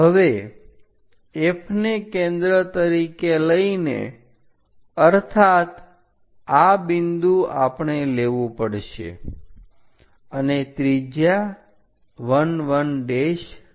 હવે F ને કેન્દ્ર તરીકે લઈને અર્થાત આ બિંદુ આપણે લેવું પડશે અને ત્રિજ્યા 1 1 લો